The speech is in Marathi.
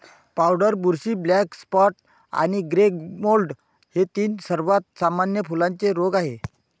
पावडर बुरशी, ब्लॅक स्पॉट आणि ग्रे मोल्ड हे तीन सर्वात सामान्य फुलांचे रोग आहेत